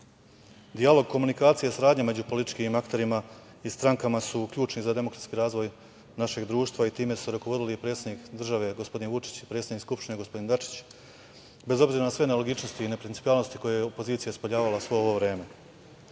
komunikacija, saradnjama među političkim akterima i strankama su ključni za demokratski razvoj našeg društva i time su rukovodili i predsednik države, gospodin Vučić i predsednik Skupštine, gospodin Dačić, bez obzira na sve nelogičnosti i neprincipijelnosti koje je opozicija ispoljavala svo ovo vreme. Deo